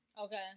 Okay